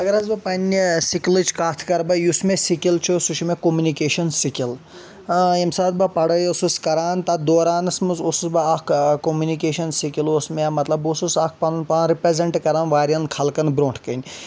اَگر حظ بہٕ پنٛنہِ سِکلٕچ کَتھ کَرٕ بہٕ یُس مےٚ سِکِل چھُ مےٚ سُہ چھُ مےٚ کوٚمنِکیشَن سِکِل ییٚمہِ ساتہٕ بہٕ پَڑٲے اوسُس کَران تَتھ دورانَس منٛز اوسُس بہٕ اَکھ کوٚمٕنِکیشَن سِکِل اوس مےٚ مطلب بہٕ اوسُس اَکھ پَنُن پان رِپرٛیٚزنٛٹ کَران واریاہن خلقن برٛونٛٹھ کٔنۍ